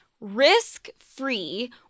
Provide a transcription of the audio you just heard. Risk-free